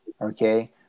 Okay